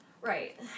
Right